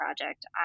project